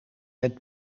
het